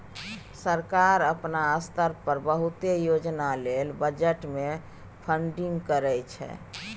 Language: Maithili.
सरकार अपना स्तर पर बहुते योजना लेल बजट से फंडिंग करइ छइ